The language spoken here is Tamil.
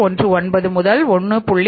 19 முதல் 1